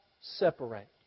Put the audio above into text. separate